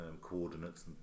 coordinates